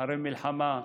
אחרי מלחמה,